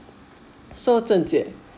so zhen jie